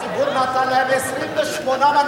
הציבור נתן להם 28 מנדטים.